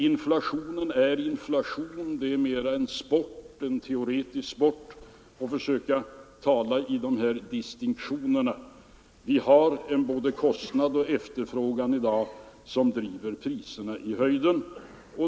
Inflation är inflation — det är mera en sport för teoretiker att försöka sig på de här distinktionerna. Det är i dag både kostnader och efterfrågan som driver priserna i höjden.